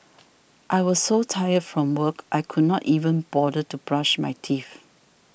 I was so tired from work I could not even bother to brush my teeth